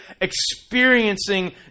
experiencing